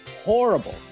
horrible